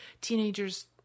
teenagers